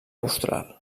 austral